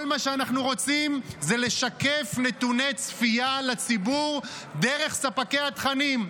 כל מה שאנחנו רוצים זה לשקף נתוני צפייה לציבור דרך ספקי התכנים,